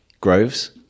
Groves